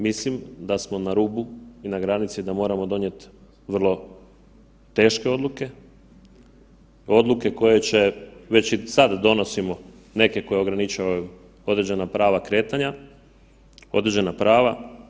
Mislim da smo na rubu i na granici da moramo donijeti vrlo teške odluke, odluke koje će već i sad donosimo neke koje ograničavaju određena prava kretanja, određena prava.